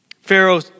Pharaoh